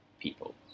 people